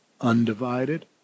undivided